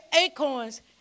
acorns